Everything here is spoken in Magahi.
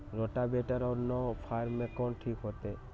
रोटावेटर और नौ फ़ार में कौन ठीक होतै?